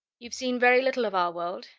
you've seen very little of our world,